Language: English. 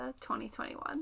2021